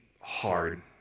hard